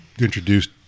introduced